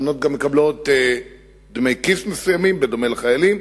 הבנות גם מקבלות דמי כיס מסוימים, בדומה לחיילים.